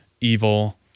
evil